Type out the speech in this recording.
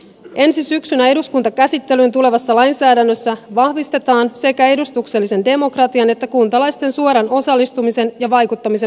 ensi syksynä eduskuntakäsittelyyn tulevassa lainsäädännössä vahvistetaan sekä edustuksellisen demokratian että kuntalaisten suoran osallistumisen ja vaikuttamisen mahdollisuuksia